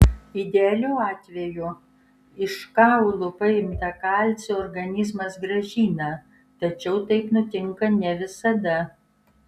idealiu atveju iš kaulų paimtą kalcį organizmas grąžina tačiau taip nutinka ne visada